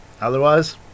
otherwise